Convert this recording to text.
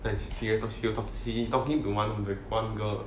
like he he talk talking talking to one with one girl